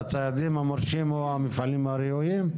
הציידים המורשים או המפעלים הראויים?